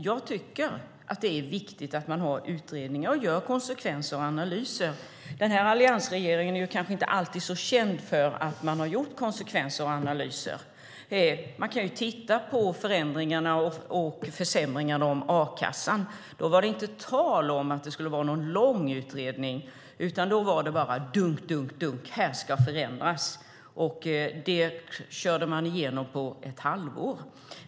Jag tycker att det är viktigt att man har utredningar och gör konsekvensanalyser. Denna alliansregering kanske inte är så känd för att alltid ha gjort konsekvensanalyser. Man kan titta på förändringarna och försämringarna av a-kassan. Då var det inte tal om att det skulle vara någon lång utredning. Då var det bara dunk, dunk, dunk - här ska förändras. Det körde man igenom på ett halvår.